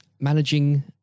managing